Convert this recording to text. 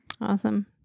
Awesome